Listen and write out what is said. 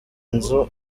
nzu